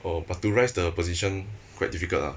oh but to rise the position quite difficult ah